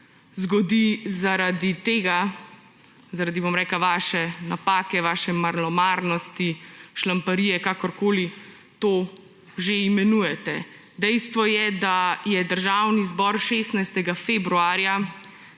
zgodi, bom rekla, zaradi vaše napake, vaše malomarnosti, šlamparije, kakorkoli to že imenujete. Dejstvo je, da je Državni zbor 16. februarja